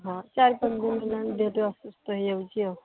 ହଁ ଚାରି ପାଞ୍ଚ ଦିନ ହେଲାଣି ଦେହ ଟିକେ ଅସୁସ୍ଥ ହେଇଯାଉଛି ଆଉ